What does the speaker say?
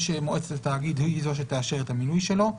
מועצת התאגיד היא זו שתאשר את המינוי שלו.